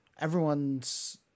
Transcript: everyone's